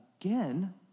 again